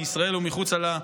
בישראל ומחוצה לה,